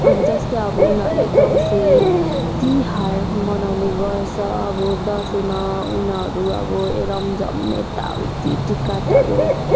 अब जस्तै अब उनीहरूले दसैँ तिहार मनाउने गर्छ अब दसैँमा उनीहरू अब रमझम यता उति टिकाटालो